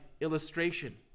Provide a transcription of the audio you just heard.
illustration